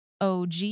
OG